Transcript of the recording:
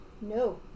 No